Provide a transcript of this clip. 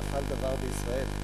נפל דבר בישראל.